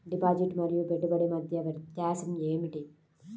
Deposit మరియు పెట్టుబడి మధ్య వ్యత్యాసం ఏమిటీ?